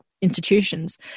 institutions